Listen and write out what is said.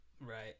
right